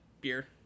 beer